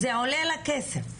זה עולה לה כסף.